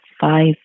five